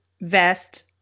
vest